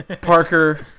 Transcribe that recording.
Parker